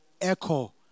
echo